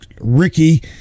Ricky